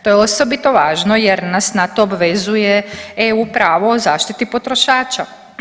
To je osobito važno jer nas na to obvezuje EU pravo o zaštiti potrošača.